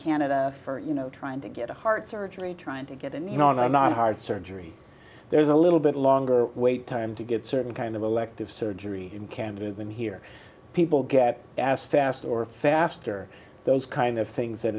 canada for you know trying to get a heart surgery trying to get in you know not heart surgery there's a little bit longer wait time to get certain kind of elective surgery in canada than here people get asked fast or faster those kind of things that